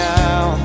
now